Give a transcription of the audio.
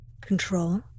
control